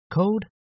code